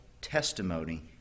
testimony